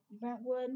Brentwood